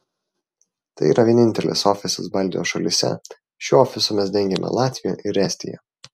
tai yra vienintelis ofisas baltijos šalyse šiuo ofisu mes dengiame latviją ir estiją